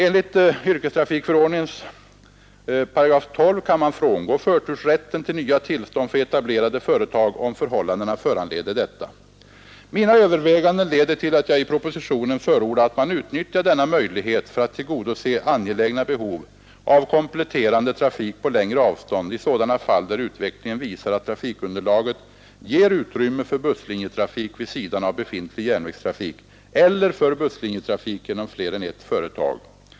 Enligt 12 § yrkestrafikförordningen kan man frångå förtursrätten till nya tillstånd för etablerade företag, om förhållandena föranleder detta. Mina överväganden leder till att jag i propositionen förordar att man utnyttjar denna möjlighet för att tillgodose angelägna behov av kompletterande trafik på längre avstånd i sådana fall där utvecklingen visar, att trafikunderlaget ger utrymme för busslinjetrafik vid sidan av befintlig järnvägstrafik eller för busslinjetrafik genom fler än ett företag.